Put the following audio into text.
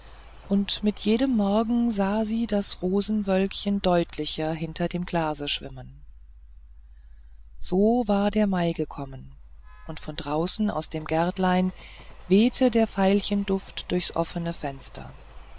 und mit jedem morgen sah sie das rosenwölkchen deutlicher hinter dem glase schwimmen so war der mai gekommen und von draußen aus dem gärtlein wehte der veilchenduft durchs offene fenster